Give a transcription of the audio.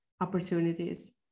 opportunities